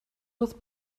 with